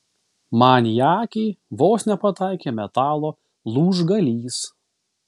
man į akį vos nepataikė metalo lūžgalys